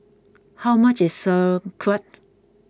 how much is Sauerkraut